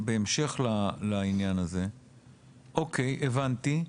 בהמשך לעניין הזה, אוקיי, הבנתי.